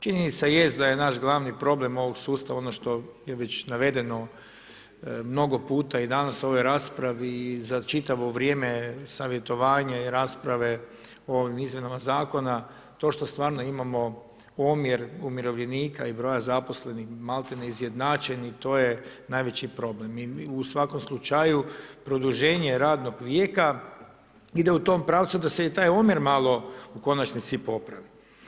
Činjenica jest da je naš glavni problem ovog sustav ono što je već navedeno mnogo puta i danas u ovoj raspravi i z čitavo vrijeme savjetovanje i rasprave o ovim izmjenama zakona, to što sto stvarno imamo omjer umirovljenika i broja zaposlenih malti ne izjednačeni, to je najveći problem, u svakom slučaju produženje radnog vijeka ide u tom pravcu da se i taj omjer malo u konačnici popravi.